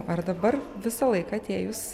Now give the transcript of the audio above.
ar dabar visąlaik atėjus